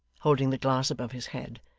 holding the glass above his head,